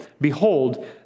Behold